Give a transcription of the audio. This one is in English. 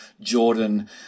Jordan